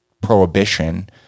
prohibition